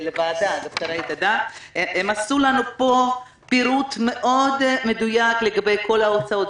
הם עשו לנו פה פירוט מאוד מדויק לגבי כל ההוצאות.